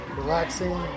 relaxing